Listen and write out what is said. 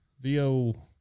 VO